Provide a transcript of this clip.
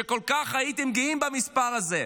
הייתם כל כך גאים במספר הזה.